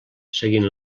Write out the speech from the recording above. seguint